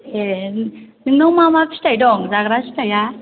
ए नोंनाव मामा फिथाइ दं जाग्रा फिथाइया